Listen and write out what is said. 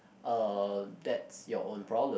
uh that's your own problem